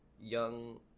young